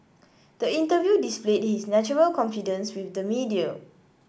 the interview displayed his natural confidence with the media